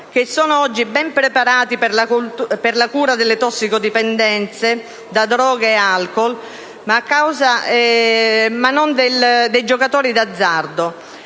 che sono oggi ben preparati per la cura delle dipendenze da droghe e alcol, ma non del gioco d'azzardo.